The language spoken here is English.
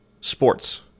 sports